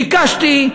ביקשתי: